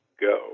go